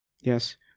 Yes